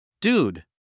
Dude